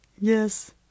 yes